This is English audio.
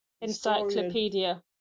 encyclopedia